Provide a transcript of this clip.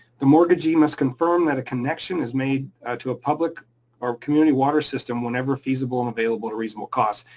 the mortgagee must confirm that a connection is made to a public or community water system whenever feasible and available at a reasonable cost.